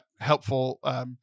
helpful